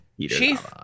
Chief